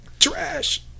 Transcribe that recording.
Trash